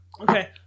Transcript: Okay